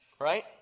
Right